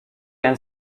and